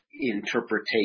interpretation